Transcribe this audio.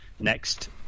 next